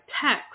text